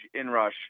inrush